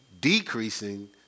decreasing